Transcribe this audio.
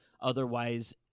otherwise